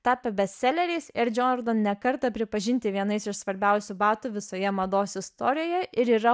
tapę bestseleriais r džordan ne kartą pripažinti vienais iš svarbiausių batų visoje mados istorijoje ir yra